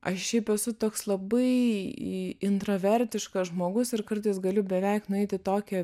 aš šiaip esu toks labai i intravertiškas žmogus ir kartais galiu beveik nueit į tokią